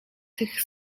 tych